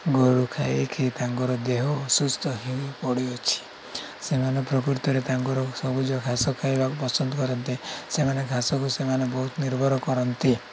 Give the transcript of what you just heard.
ଗୋରୁ ଖାଇକି ତାଙ୍କର ଦେହ ଅସୁସ୍ଥ ହେ ପଡ଼ିଅଛି ସେମାନେ ପ୍ରକୃତରେ ତାଙ୍କର ସବୁଜ ଘାସ ଖାଇବାକୁ ପସନ୍ଦ କରନ୍ତି ସେମାନେ ଘାସକୁ ସେମାନେ ବହୁତ ନିର୍ଭର କରନ୍ତି